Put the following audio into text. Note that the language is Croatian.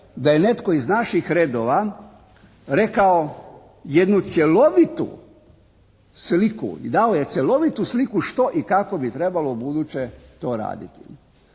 da je netko iz naših redova rekao jednu cjelovitu sliku i dao je cjelovitu sliku što i kako bi trebalo ubuduće to raditi.